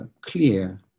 clear